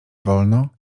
wolno